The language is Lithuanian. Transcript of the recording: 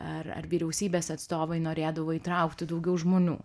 ar ar vyriausybės atstovai norėdavo įtraukti daugiau žmonių